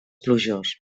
plujós